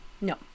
no